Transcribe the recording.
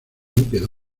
quedó